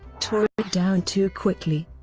tore it down too quickly.